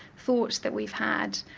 thoughts that we've had,